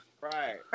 Right